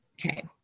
Okay